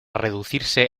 reducirse